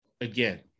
again